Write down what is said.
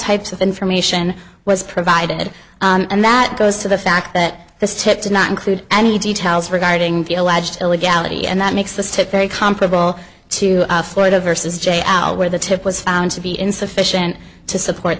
type of information was provided and that goes to the fact that this tip did not include any details regarding the alleged illegality and that makes this tip very comparable to florida versus j al where the tip was found to be insufficient to support